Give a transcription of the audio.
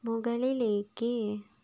മുകളിലേക്ക്